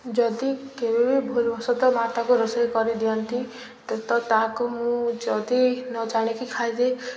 ଯଦି କେବେ ବି ଭୁଲ୍ ବଶତଃ ମା'ତାକୁ ରୋଷେଇ କରିଦିଅନ୍ତି ତ ତ ତାକୁ ମୁଁ ଯଦି ନ ଜାଣିକି ଖାଇଦିଏ